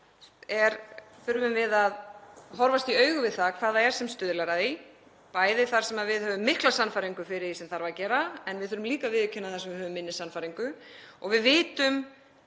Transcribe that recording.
þurfum við að horfast í augu við hvað það er sem stuðlar að því, bæði þar sem við höfum mikla sannfæringu fyrir því sem þarf að gera og við þurfum líka að viðurkenna ef við höfum minni sannfæringu. Við vitum